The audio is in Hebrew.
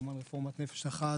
רפורמת נפש אחת,